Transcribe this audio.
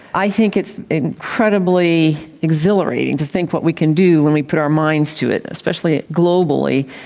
i think it's incredibly exhilarating to think what we can do when we put our minds to it, especially globally.